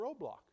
roadblock